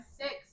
six